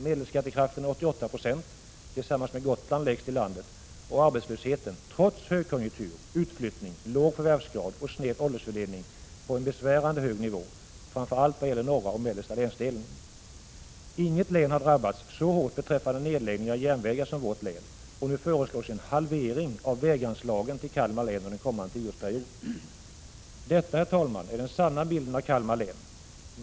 Medelskattekraften är 88 20, tillsammans med Gotland lägst i landet, och arbetslösheten ligger — trots högkonjunktur, utflyttning, låg förvärvsgrad och sned åldersfördelning — på en besvärande hög nivå, framför allt vad gäller norra och mellersta länsdelen. Inget län har drabbats så hårt beträffande nedläggning av järnvägar som vårt län, och nu föreslås en halvering av väganslagen till Kalmar län under kommande tioårsperiod. Detta, herr talman, är den sanna bilden av Kalmar län.